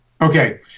Okay